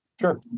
Sure